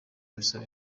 bisaba